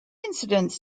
incidents